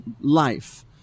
life